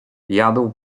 jadł